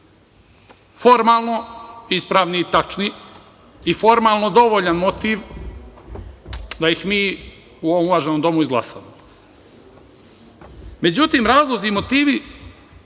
Formalno ispravni i tačni i formalno dovoljan motiv da ih mi u ovom uvaženom domu izglasamo.Međutim, razlozi i motivi